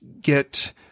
get